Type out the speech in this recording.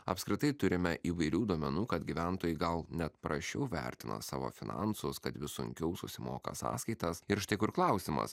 apskritai turime įvairių duomenų kad gyventojai gal net prasčiau vertina savo finansus kad vis sunkiau susimoka sąskaitas ir štai kur klausimas